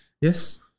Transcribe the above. Yes